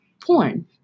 porn